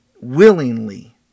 willingly